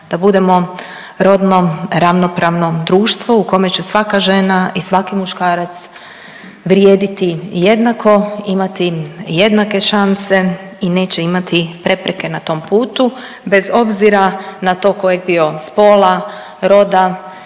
da budemo rodno ravnopravno društvo u kome će svaka žena i svaki muškarac vrijediti jednako, imati jednake šanse i neće imati prepreke na tom putu bez obzira na to kojeg bio spola, roda